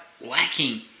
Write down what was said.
lacking